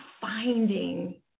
finding